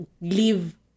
leave